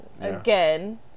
Again